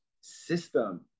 system